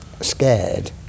scared